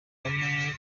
kagame